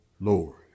Lord